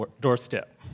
doorstep